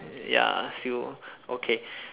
ya if you okay